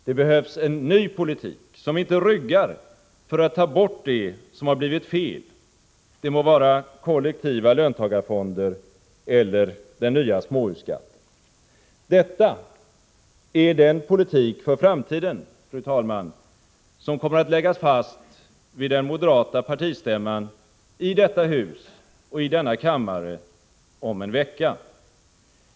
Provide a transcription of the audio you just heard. Det behövs en ny politik, som inte ryggar för att ta bort det som har blivit fel, det må vara kollektiva löntagarfonder eller den nya småhusskatten. Detta är den politik för framtiden, fru talman, som kommer att läggas fast 61 vid den moderata partistämman i detta hus och i denna kammare om en vecka.